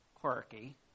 quirky